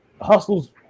Hustle's